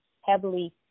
heavily